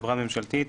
חברה ממשלתית,